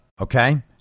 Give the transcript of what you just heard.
okay